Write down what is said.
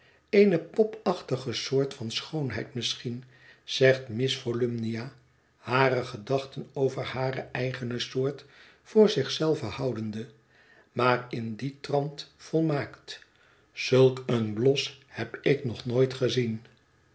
eene popachtige soort van schoonheid misschien zegt miss volumnia hare gedachten over hare eigene soort voor zich zelve houdende maar in dien trant volmaakt zulk een blos heb ik nog nooit gezien